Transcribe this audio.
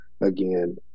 again